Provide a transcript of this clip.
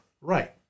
Right